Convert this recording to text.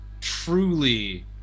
truly